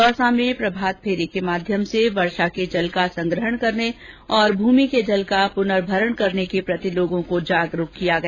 दौसा में प्रभातफेरी के माध्यम से बारिश के जल का संग्रह करने और भूमि के जल का पुनर्भरण करने की प्रति लोगों को जागरूक किया गया